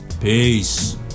Peace